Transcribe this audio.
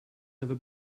never